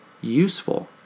useful